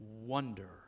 wonder